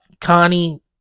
Connie